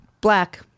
Black